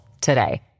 today